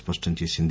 స్పష్టం చేసింది